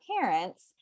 parents